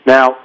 Now